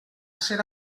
ser